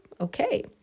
Okay